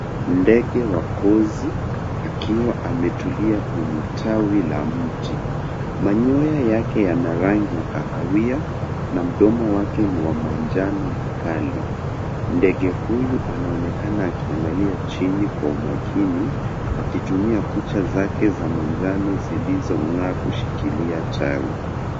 Ndege wa kuzi akiwa ametulia kwenye tawi la mti. Manyoya yake yana rangi ya kahawia na mdomo wake ni wa manjano mkali. Ndege huyu anaonekana akiangalia chini kwa umakini, akitumia kucha zake za manjano zilizong'aa kushikilia tawi.